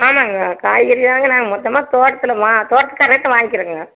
ஆமாங்க காய்கறிதாங்க நாங்கள் மொத்தமாக தோட்டத்தில் தோட்டக்காரட்ட வாங்கிறங்க